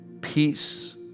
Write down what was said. peace